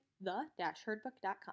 the-herdbook.com